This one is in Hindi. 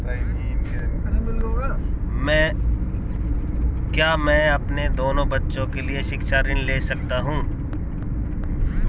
क्या मैं अपने दोनों बच्चों के लिए शिक्षा ऋण ले सकता हूँ?